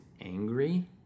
angry